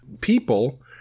people